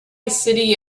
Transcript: city